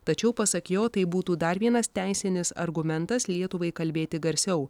tačiau pasak jo tai būtų dar vienas teisinis argumentas lietuvai kalbėti garsiau